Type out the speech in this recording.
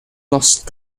lost